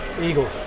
Eagles